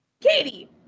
Katie